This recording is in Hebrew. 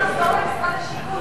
הכסף היה צריך לחזור למשרד השיכון,